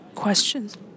Questions